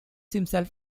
himself